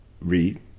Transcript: read